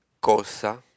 cosa